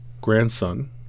grandson